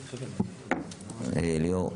ליאור,